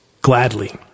gladly